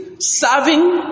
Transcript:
serving